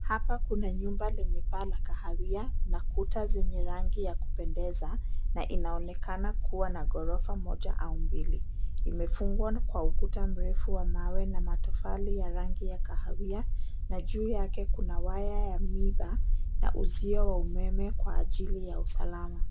Hapa kuna nyumba lenye paa la kahawia na kuta zenye rangi ya kupendeza, na inaonekana kuwa na ghorofa moja au mbili. Imefungwa kwa ukuta mrefu wa mawe au matofali ya rangi ya kahawia, na juu yake kuna waya wa miiba na uzio wa umeme kwa ajili ya usalama.